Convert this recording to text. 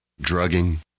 drugging